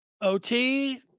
OT